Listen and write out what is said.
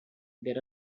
there